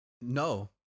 No